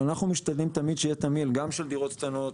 אנחנו משתדלים תמיד שיהיה תמהיל גם של דירות קטנות,